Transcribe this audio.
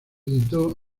editó